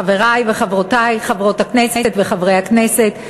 חברי וחברותי חברות הכנסת וחברי הכנסת,